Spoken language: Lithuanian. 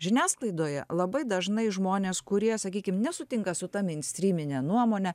žiniasklaidoje labai dažnai žmonės kurie sakykim nesutinka su ta meinstrymine nuomone